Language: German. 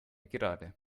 gerade